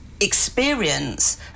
Experience